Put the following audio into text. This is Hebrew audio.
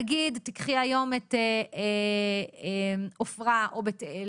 נגיד תיקחי היום את עופרה או בית אל,